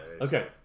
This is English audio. okay